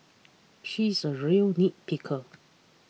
she is a real nitpicker